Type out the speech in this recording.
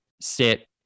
sit